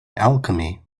alchemy